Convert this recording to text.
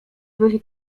byli